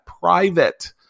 private